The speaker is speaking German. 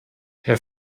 herr